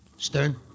Stern